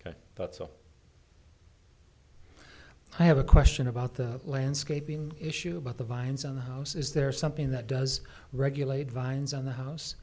ok but i have a question about the landscaping issue about the vines on the house is there something that does regulate vines on the house